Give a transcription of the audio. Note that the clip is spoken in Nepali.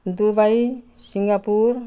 Dubai Singapore